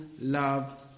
love